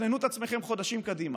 תתכננו את עצמכם חודשים קדימה.